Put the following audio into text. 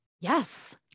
yes